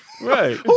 Right